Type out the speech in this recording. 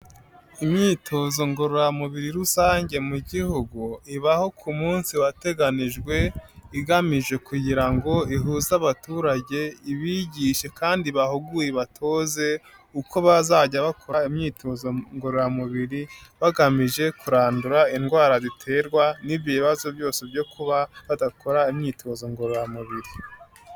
Imyitozo ngororamubiri rusange mu gihugu ibaho ku munsi wateganijwe igamije kugira ngo ihuze abaturage, ibigishe kandi bahuguwe ibatoze uko bazajya bakora imyitozo ngororamubiri, bagamije kurandura indwara ziterwa n'ibyo bibazo byose byo kuba badakora imyitozo ngororamubiri.